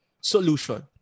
solution